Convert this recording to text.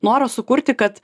noras sukurti kad